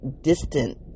distant